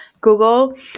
Google